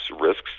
risks